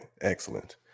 excellent